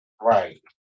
right